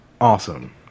awesome